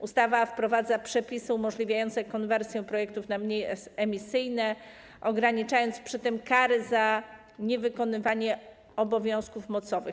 Ustawa wprowadza przepisy umożliwiające konwersję projektów na mniej emisyjne, ograniczając przy tym kary za niewykonywanie obowiązków mocowych.